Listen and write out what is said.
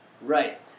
Right